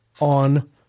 On